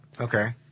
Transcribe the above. Okay